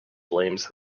blames